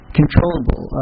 controllable